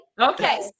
okay